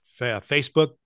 Facebook